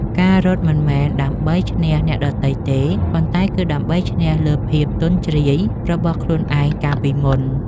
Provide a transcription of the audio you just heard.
ការរត់មិនមែនដើម្បីឈ្នះអ្នកដទៃទេ ប៉ុន្តែគឺដើម្បីឈ្នះលើភាពទន់ជ្រាយរបស់ខ្លួនឯងកាលពីមុន។